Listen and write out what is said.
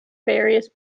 various